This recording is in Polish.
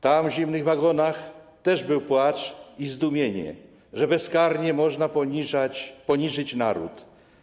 Tam, w zimnych wagonach też był płacz i zdumienie, że bezkarnie można poniżyć naród.